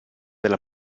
della